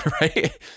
Right